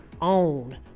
own